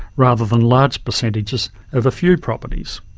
rather than large percentages of a few properties.